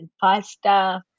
pasta